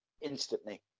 instantly